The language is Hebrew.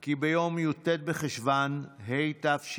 כי ביום י"ט בחשוון התשפ"ג,